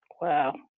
Wow